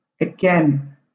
Again